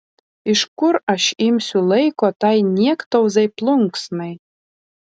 iš kur aš imsiu laiko tai niektauzai plunksnai